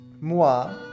Moi